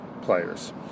players